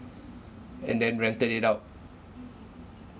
and then rented it out